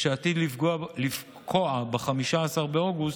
שעתיד לפקוע ב-15 באוגוסט,